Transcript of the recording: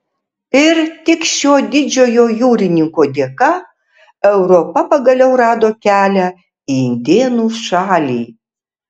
ir tik šio didžiojo jūrininko dėka europa pagaliau rado kelią į indėnų šalį